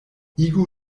igu